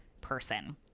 person